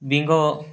bingo